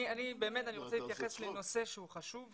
אני באמת רוצה להתייחס לנושא שהוא חשוב,